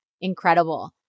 incredible